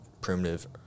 primitive